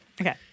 Okay